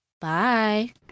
Bye